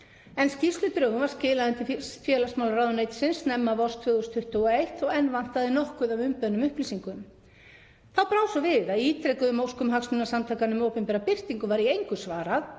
en skýrsludrögum var skilað inn til félagsmálaráðuneytisins snemma vors 2021 þótt enn vantaði nokkuð af umbeðnum upplýsingum. Þá brá svo við að ítrekuðum óskum Hagsmunasamtakanna um opinbera birtingu var í engu svarað